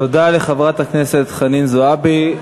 תודה לחברת הכנסת חנין זועבי.